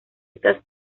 estas